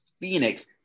Phoenix